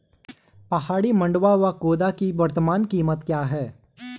पहाड़ी मंडुवा या खोदा की वर्तमान कीमत क्या है?